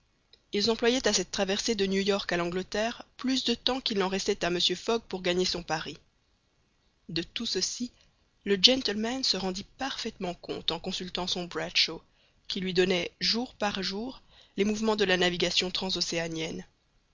ils employaient à cette traversée de new york à l'angleterre plus de temps qu'il n'en restait à mr fogg pour gagner son pari de tout ceci le gentleman se rendit parfaitement compte en consultant son bradshaw qui lui donnait jour par jour les mouvements de la navigation